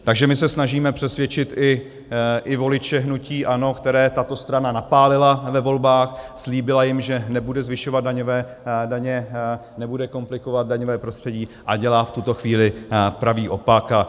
Takže my se snažíme přesvědčit i voliče hnutí ANO, které tato strana napálila ve volbách, slíbila jim, že nebude zvyšovat daně, nebude komplikovat daňové prostředí, a dělá v tuto chvíli pravý opak.